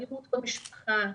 אלימות במשפחה.